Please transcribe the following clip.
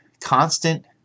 constant